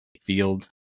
field